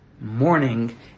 morning